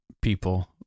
people